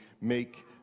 make